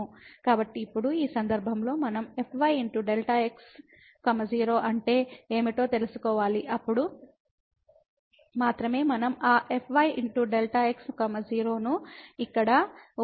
ఇప్పుడు ఈ సందర్భంలో మనం fyΔx 0 అంటే ఏమిటో తెలుసుకోవాలి అప్పుడు మాత్రమే మనం ఆ fyΔx 0 ను ఇక్కడ ఉపయోగించగలం